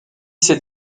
ces